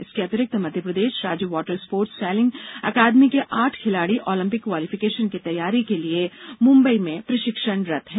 इसके अतिरिक्त मध्यप्रदेश राज्य वाटर स्पोटर्स सेलिंग अकादमी के आठ खिलाड़ी ऑलम्पिक क्वालिफिकेशन की तैयारी के लिए मुम्बई में प्रशिक्षणरत हैं